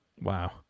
Wow